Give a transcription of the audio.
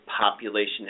population